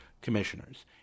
commissioners